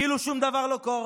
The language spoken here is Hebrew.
כאילו שום דבר לא קורה.